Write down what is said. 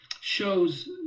shows